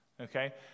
okay